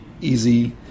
easy